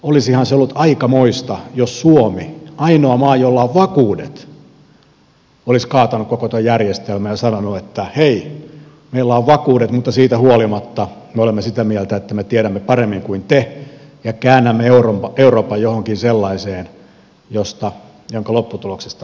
olisihan se ollut aikamoista jos suomi ainoa maa jolla on vakuudet olisi kaatanut koko tuon järjestelmän ja sanonut että hei meillä on vakuudet mutta siitä huolimatta me olemme sitä mieltä että me tiedämme paremmin kuin te ja käännämme euroopan johonkin sellaiseen jonka lopputuloksesta ei voida tietää